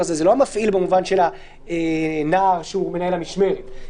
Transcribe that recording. זה לא המפעיל במובן של הנער שהוא מנהל המשמרת.